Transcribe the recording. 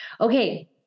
Okay